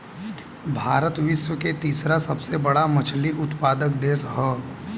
भारत विश्व के तीसरा सबसे बड़ मछली उत्पादक देश ह